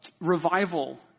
revival